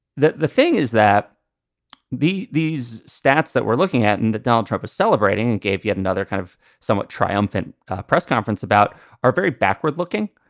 the the thing is that the these stats that we're looking at and that donald trump is celebrating and gave yet another kind of somewhat triumphant press conference about are very backward looking.